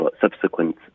subsequent